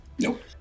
Nope